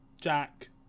Jack